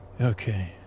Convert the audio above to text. Okay